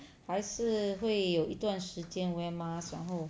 还是会有一段时间 wear mask 然后